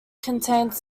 contains